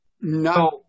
No